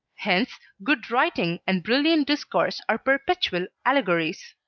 hence, good writing and brilliant discourse are perpetual allegories.